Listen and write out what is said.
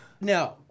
No